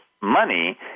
money